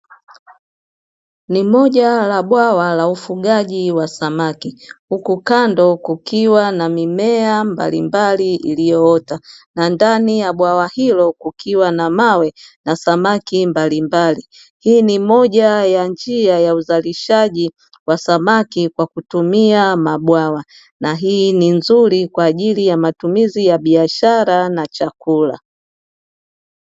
Ni moja la bwawa la ufugaji wa samaki huku kando kukiwa na mimea mbalimbali iliyo ota na ndani ya bwawa hilo kukiwa na mawe na samaki mbalimbali hii ni moja ya njia ya uzalishaji wa samaki kwa kutumia mabwawa na hii nzuri kwajili ya matumizi ya biashara na chakula.